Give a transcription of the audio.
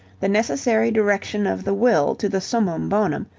the necessary direction of the will to the summum bonum,